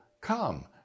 come